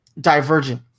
divergent